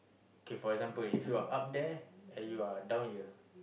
okay for example if you are up there and you are down here